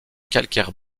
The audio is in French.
calcaire